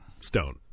stone